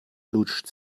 lutscht